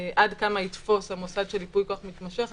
עד כמה יתפוס המוסד של ייפוי כוח מתמשך,